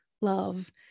love